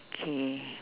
okay